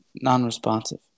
Non-responsive